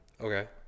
Okay